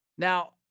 Now